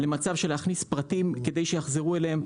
למצב של להכניס פרטים כדי שיחזרו אליהם.